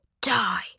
Die